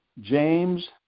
James